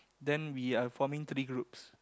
then we are forming three groups